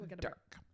Dark